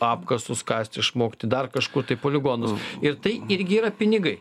apkasus kasti išmokti dar kažkur tai poligonus ir tai irgi yra pinigai